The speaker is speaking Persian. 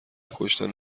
کشتن